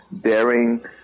daring